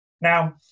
Now